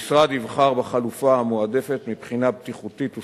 המשרד יבחר בחלופה המועדפת מבחינה בטיחותית וסביבתית,